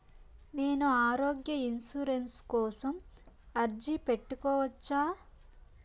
నేను ఆరోగ్య ఇన్సూరెన్సు కోసం అర్జీ పెట్టుకోవచ్చా?